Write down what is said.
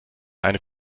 eine